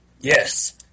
Yes